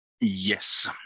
Yes